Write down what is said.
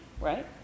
right